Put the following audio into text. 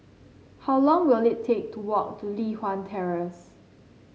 how long will it take to walk to Li Hwan Terrace